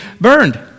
burned